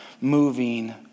moving